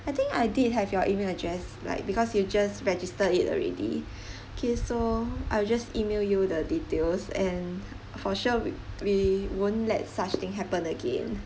I think I did have your email address like because you just registered it already K so I'll just email you the details and for sure we we won't let such thing happen again